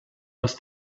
was